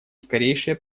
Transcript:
скорейшее